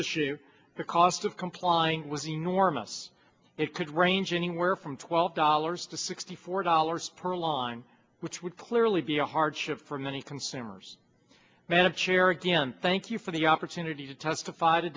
issue the cost of complying was enormous it could range anywhere from twelve dollars to sixty four dollars per line which would clearly be a hardship for many consumers madam chair again thank you for the opportunity to testify